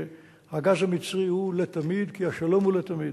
שהגז המצרי הוא לתמיד כי השלום הוא לתמיד.